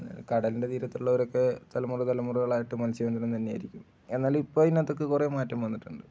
കടലിന്റെ തീരത്തുള്ളവരൊക്കെ തലമുറ തലമുറകളായിട്ടു മത്സ്യബന്ധനം തന്നെയായിരിക്കും എന്നാലിപ്പോള് അതിനകത്തൊക്കെ കുറേ മാറ്റം വന്നിട്ടുണ്ട്